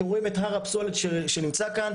אתם רואים את הר הפסולת שנמצא כאן,